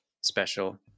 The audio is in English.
special